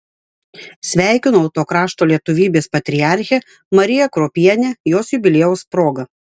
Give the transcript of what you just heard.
sveikinau to krašto lietuvybės patriarchę mariją kruopienę jos jubiliejaus proga